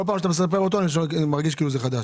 כל פעם שאתה מספר אותו אני מרגיש כאילו זה חדש,